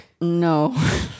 No